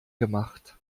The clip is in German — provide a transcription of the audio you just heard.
gemacht